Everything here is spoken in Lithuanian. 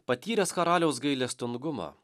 patyręs karaliaus gailestingumą